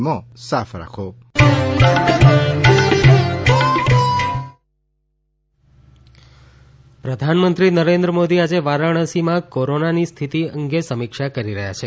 Modi Covid પ્રધાનમંત્રી નરેન્દ્ર મોદી આજે વારાણસીમાં કોરોના સ્થિતિની સમીક્ષા કરી રહ્યા છે